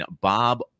Bob